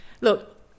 Look